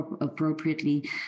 appropriately